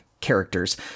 characters